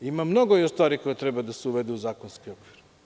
Ima još mnogo stvari koje treba da se uvedu u zakonski okvir.